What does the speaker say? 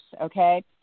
okay